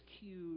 cute